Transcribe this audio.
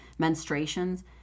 menstruations